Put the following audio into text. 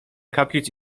kaplic